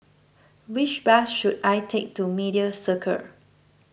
which bus should I take to Media Circle